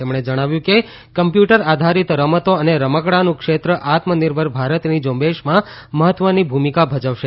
તેમણે જણાવ્યું કે કમ્પ્યુટર આધારિત રમતો અને રમકડાનું ક્ષેત્ર આત્મનિર્ભર ભારતની ઝુંબેશમાં મહત્વની ભૂમિકા ભજવશે